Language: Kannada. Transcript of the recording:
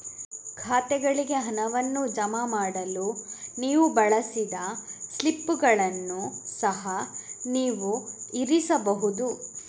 ಖಾತೆಗಳಿಗೆ ಹಣವನ್ನು ಜಮಾ ಮಾಡಲು ನೀವು ಬಳಸಿದ ಸ್ಲಿಪ್ಪುಗಳನ್ನು ಸಹ ನೀವು ಇರಿಸಬಹುದು